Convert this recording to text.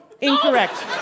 Incorrect